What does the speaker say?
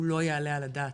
הוא לא יעלה על הדעת.